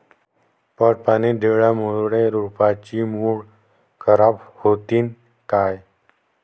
पट पाणी दिल्यामूळे रोपाची मुळ खराब होतीन काय?